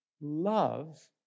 love